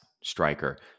striker